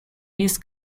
this